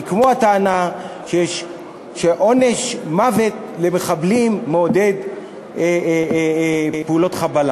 כמו הטענה שעונש מוות למחבלים מעודד פעולות חבלה.